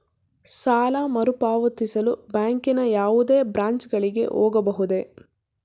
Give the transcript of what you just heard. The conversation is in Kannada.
ಸಾಲ ಮರುಪಾವತಿಸಲು ಬ್ಯಾಂಕಿನ ಯಾವುದೇ ಬ್ರಾಂಚ್ ಗಳಿಗೆ ಹೋಗಬಹುದೇ?